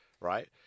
Right